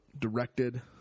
directed